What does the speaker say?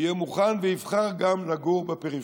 יהיה מוכן ויבחר גם לגור בפריפריה.